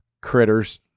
critters